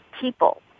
people